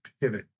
pivot